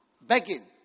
Begging